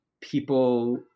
people